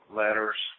letters